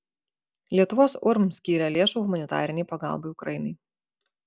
lietuvos urm skyrė lėšų humanitarinei pagalbai ukrainai